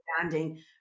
understanding